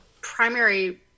primary